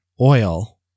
oil